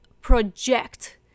project